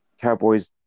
Cowboys